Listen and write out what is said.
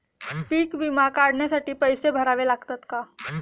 पीक विमा काढण्यासाठी पैसे भरावे लागतात का?